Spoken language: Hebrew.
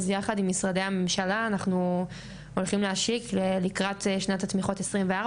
יחד עם משרדי הממשלה אנחנו הולכים להשיק לקראת שנת התמיכות 2024,